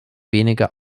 weniger